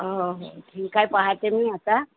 हो हो ठीक आहे पाहते मी आता